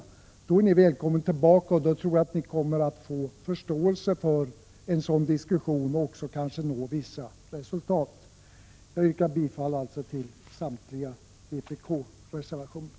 I så fall är ni välkomna tillbaka, och då tror jag att ni kommer att få förståelse för en sådan diskussion och kanske når vissa resultat. Jag yrkar bifall till samtliga vpk-reservationer.